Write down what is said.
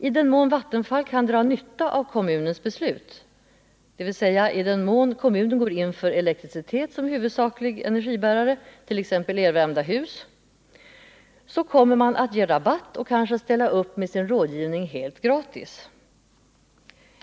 I den mån Vattenfall kan dra nytta av kommunens beslut, dvs. i den mån kommunen går in för elektricitet som huvudsaklig energibärare, t.ex. elvärmda hus, kommer man att ge rabatt och kanske ställa upp med sin rådgivning helt gratis.